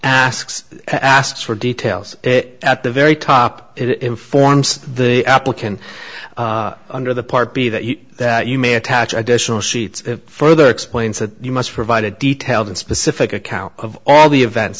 asks asks for details it at the very top it informs the applicant under the part b that that you may attach additional sheets further explains that you must provide a detailed and specific account of all the events